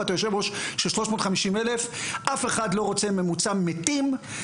ואתה יושב-ראש של 350,000. אף אחד לא רוצה ממוצע מתים.